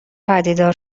پدیدار